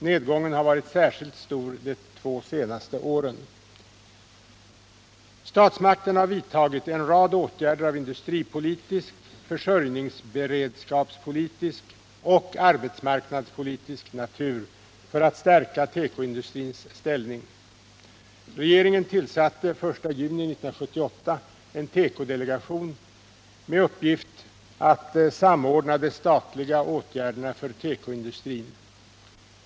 Nedgången har varit särskilt stor de två senaste åren. Statsmakterna har vidtagit en rad åtgärder av industripolitisk, försörjningsberedskapspolitisk och arbetsmarknadspolitisk natur för att stärka tekoindustrins ställning. Regeringen tillsatte den 1 juni 1978 en tekodelegation med uppgift att samordna de statliga åtgärderna för tekoindustrin.